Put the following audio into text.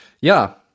Ja